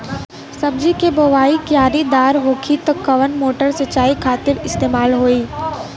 सब्जी के बोवाई क्यारी दार होखि त कवन मोटर सिंचाई खातिर इस्तेमाल होई?